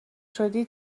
شدی